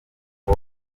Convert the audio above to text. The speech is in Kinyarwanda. ngo